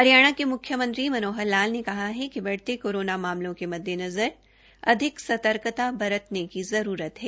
हरियाणा के मुख्यमंत्री मनोहर लाल ने कहा है कि बढ़ते कोरोना मामलों के मद्देनज़र अधिक सर्तकता बरतने की जरूरत है